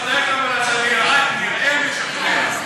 נא לשבת,